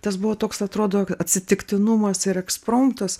tas buvo toks atrodo atsitiktinumas ir ekspromtas